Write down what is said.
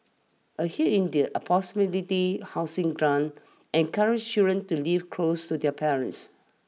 a hike in their a proximity housing grant encourages children to live close to their parents